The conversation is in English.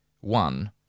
one